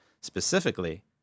Specifically